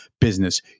business